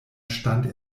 stand